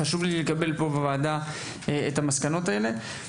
חשוב לי לקבל בוועדה את המסקנות האלה.